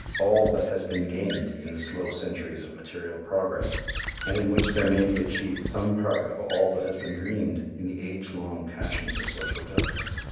all that has been gained in the slow centuries of material progress and in which there may be achieved some part of all that has been dreamed in the age-long passion for social justice.